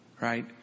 Right